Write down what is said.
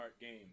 game